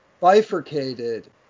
bifurcated